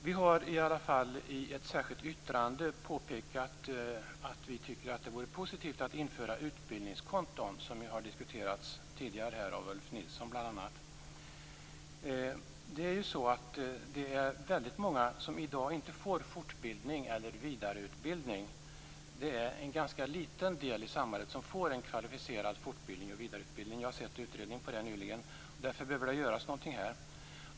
Vi har i alla fall i ett särskilt yttrande påpekat att vi tycker att det vore positivt att införa utbildningskonton, som har diskuterats tidigare av bl.a. Ulf Nilsson. Det är väldigt många som i dag inte får fortbildning eller vidareutbildning. Det är en ganska liten del i samhället som får en kvalificerad fortbildning och vidareutbildning. Jag har sett en utredning på det nyligen. Därför behöver det göras någonting här.